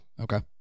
Okay